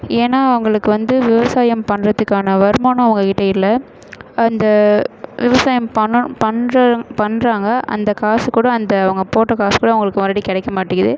ஏன்னா அவங்களுக்கு வந்து விவசாயம் பண்ணுறத்துக்கான வருமானம் அவங்ககிட்ட இல்லை அந்த விவசாயம் பண்ணணும் பண்ணுற பண்ணுறாங்க அந்த காசு கூட அந்த அவங்க போட்ட காசு கூட அவங்களுக்கு மறுபடி கிடைக்க மாட்டேங்கிது